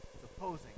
Supposing